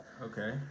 okay